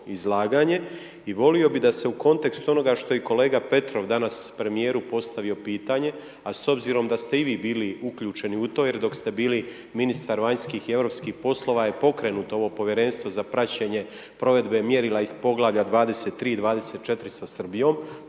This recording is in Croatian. i volio bih da se u kontekstu onoga što je i kolega Petrov danas premijeru postavio pitanje, a s obzirom da ste i vi bili uključeni u to, jer dok ste bili ministar vanjskih i europskih poslova je pokrenuto ovo Povjerenstvo za praćenje provedbe mjerila iz Poglavlja 23 i 24 sa Srbijom,